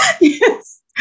yes